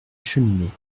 cheminée